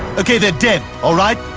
okay, they're dead, all right?